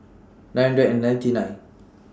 nine hundred and ninety nine